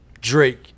Drake